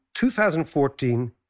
2014